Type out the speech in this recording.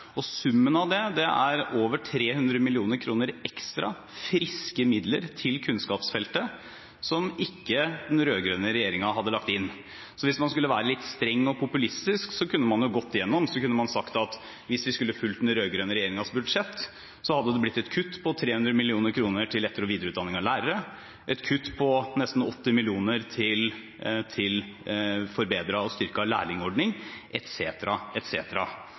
Og summen av det er over 300 mill. kr ekstra, friske midler til kunnskapsfeltet, som ikke den rød-grønne regjeringen hadde lagt inn. Hvis man skulle være litt streng og populistisk, kunne man gått gjennom det og sagt at hvis vi skulle fulgt den rød-grønne regjeringens budsjett, hadde det blitt et kutt på 300 mill. kr til etter- og videreutdanning av lærere, et kutt på nesten 80 mill. kr til forbedret og styrket lærlingordning,